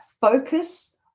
focus